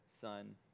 son